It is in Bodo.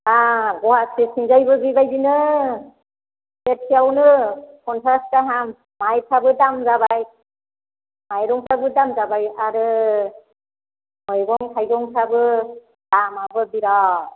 गुवाहाटि थिंजायबो बेबायदिनो सेरसेयाव फनसास गाहाम माइफ्राबो दाम जाबाय आरो माइरंफ्राब दाम जाबाय आरो मैगं थायगंफ्राबो दामानो बिराथ